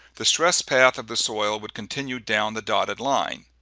the stress path of the soil would continue down the dotted line